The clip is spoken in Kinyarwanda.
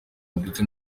ndetse